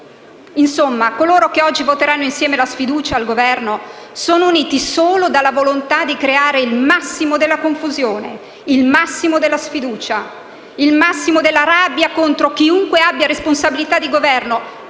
Insomma, coloro che oggi voteranno insieme la sfiducia al Governo sono uniti solo dalla volontà di creare il massimo della confusione, il massimo della sfiducia, il massimo della rabbia contro chiunque abbia responsabilità di governo,